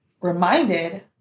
reminded